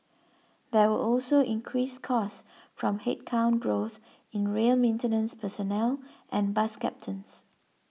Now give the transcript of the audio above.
there were also increased costs from headcount growth in rail maintenance personnel and bus captains